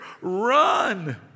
Run